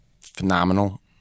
phenomenal